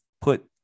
put